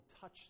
touch